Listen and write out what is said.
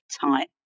type